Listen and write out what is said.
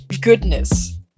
goodness